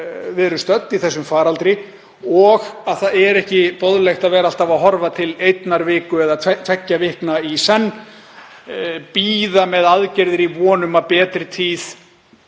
erum stödd í þessum faraldri og að það er ekki boðlegt að vera alltaf að horfa til einnar viku eða tveggja vikna í senn, bíða með aðgerðir í von um að betri tíð